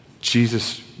Jesus